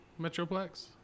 Metroplex